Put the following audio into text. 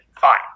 fine